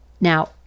Now